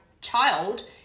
child